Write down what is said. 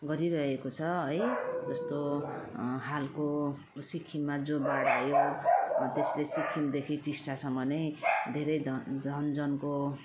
गरिरहेको छ है जस्तो हालको सिक्किममा जो बाढ आयो त्यसले सिक्किमदेखि टिस्टासम्म नै धेरै ध धनजनको